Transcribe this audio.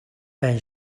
байна